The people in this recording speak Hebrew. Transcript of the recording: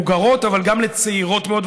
מבוגרות, אבל גם לצעירות מאוד.